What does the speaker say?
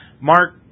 Mark